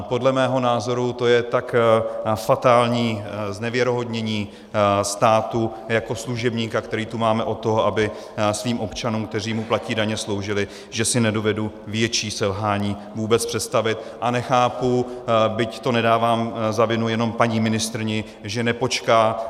Podle mého názoru to je tak fatální znevěrohodnění státu jako služebníka, který tu máme od toho, aby svým občanům, kteří mu platí daně, sloužil, že si nedovedu větší selhání vůbec představit, a nechápu, byť to nedávám za vinu jenom paní ministryni, že nepočká.